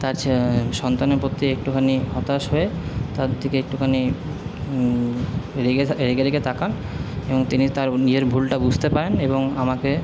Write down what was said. তার সন্তানের প্রতি একটুখানি হতাশ হয়ে তার দিকে একটুখানি রেগে রেগে তাকান এবং তিনি তার নিজের ভুলটা বুঝতে পারেন এবং আমাকে